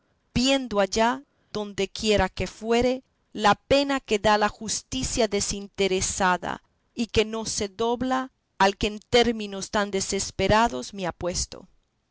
viendo allá dondequiera que fuere la pena que da la justicia desinteresada y que no se dobla al que en términos tan desesperados me ha puesto